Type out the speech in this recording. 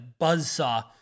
buzzsaw